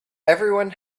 everyone